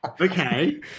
Okay